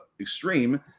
extreme